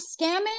scamming